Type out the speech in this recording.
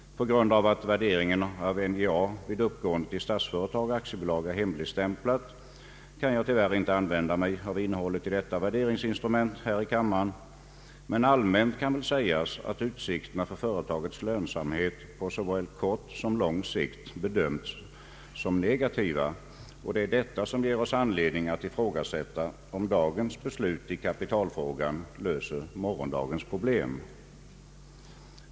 På grund av att värderingen av NJA vid uppgående i Statsföretag AB är hemligstämplad av någon anledning, kan jag tyvärr inte använda mig av innehållet i detta värderingsinstrument här i kammaren, men allmänt kan väl sägas att utsikterna för företagets lönsamhet på såväl kort som lång sikt bedömts som negativa. Det är detta som ger oss anledning att ifrågasätta om dagens beslut i kapitalfrågan löser morgondagens problem.